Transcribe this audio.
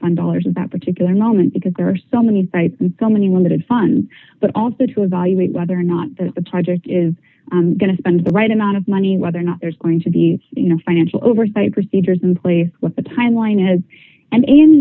superfund dollars at that particular moment because there are so many sites and so many limited funds but also to evaluate whether or not that the project is going to spend the right amount of money whether or not there's going to be you know financial oversight procedures in place what the timeline is and